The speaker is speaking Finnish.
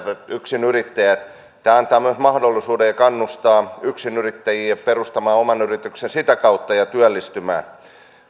yksinyrittäjät työllistävät itsensä tämä antaa myös mahdollisuuden perustaa ja kannustaa yksinyrittäjiä perustamaan oman yrityksen sitä kautta ja työllistyä